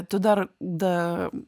tu dar da